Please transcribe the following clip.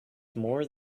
more